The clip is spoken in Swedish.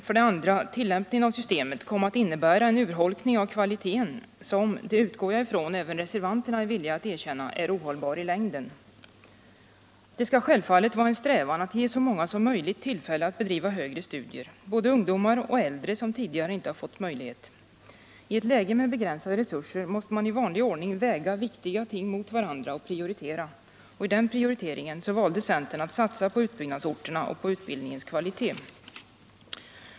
För det andra kom tillämpningen av systemet att innebära en urholkning av kvaliteten, som — det utgår jag från att även reservanterna är villiga att erkänna — är ohållbar i längden. Det skall självfallet vara en strävan att ge så många som möjligt tillfälle att bedriva högre studier — både ungdomar och äldre som tidigare inte fått denna möjlighet. I ett läge med begränsade resurser måste man i vanlig ordning väga viktiga ting mot varandra och prioritera. I den prioriteringen valde centern att satsa på utbyggnadsorterna och på utbildningens kvalitet.